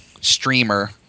streamer